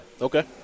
Okay